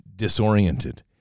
Disoriented